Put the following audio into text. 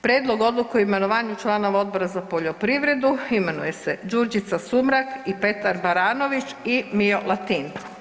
Prijedlog odluke o imenovanju članova Odbora za poljoprivredu imenuje se Đurđica Sumrak, Petar Baranović i Mijo Latin.